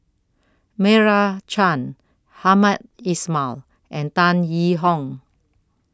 Meira Chand Hamed Ismail and Tan Yee Hong